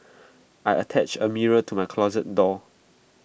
I attached A mirror to my closet door